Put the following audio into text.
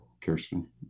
Kirsten